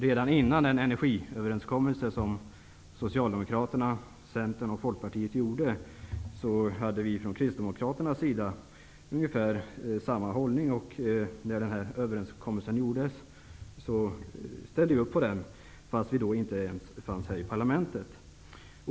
Redan innan en energiöverenskommelse träffades mellan Socialdemokraterna, Centern och Folkpartiet hade vi från Kristdemokraternas sida ungefär samma hållning. När överenskommelsen gjordes ställde vi upp på den, fast vi då inte ens fanns här i parlamentet.